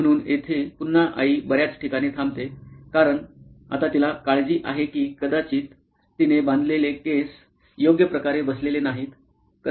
म्हणून येथे पुन्हा आई बर्याच ठिकाणी थांबते कारण आता तिला काळजी आहे की कदाचित तिने बांधलेले केस योग्य प्रकारे बसलेले नाहीत